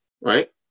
Right